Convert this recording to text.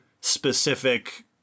specific